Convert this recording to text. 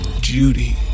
judy